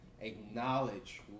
acknowledge